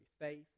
faith